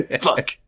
Fuck